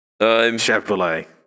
Chevrolet